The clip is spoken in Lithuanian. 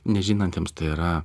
nežinantiems tai yra